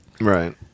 Right